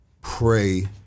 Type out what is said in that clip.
pray